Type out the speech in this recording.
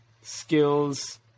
skills